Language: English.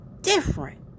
Different